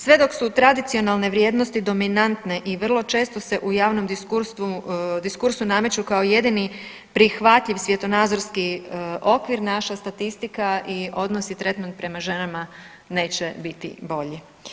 Sve dok su tradicionalne vrijednosti dominantne i vrlo često se u javnom diskursu nameću kao jedini prihvatljiv svjetonazorski okvir naša statistika i odnos i tretman prema ženama neće biti bolji.